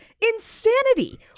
Insanity